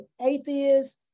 atheists